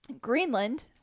Greenland